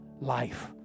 life